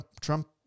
Trump